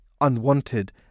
unwanted